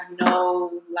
no